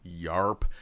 Yarp